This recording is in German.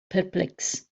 perplex